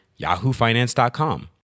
YahooFinance.com